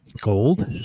Gold